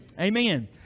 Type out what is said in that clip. Amen